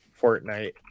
Fortnite